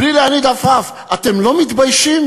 בלי להניד עפעף, אתם לא מתביישים?